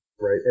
right